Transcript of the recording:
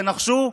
תנחשו,